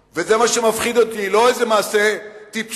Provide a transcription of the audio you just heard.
אני אומר לך שיש היגיון,